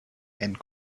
and